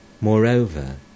Moreover